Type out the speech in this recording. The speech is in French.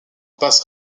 bass